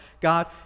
God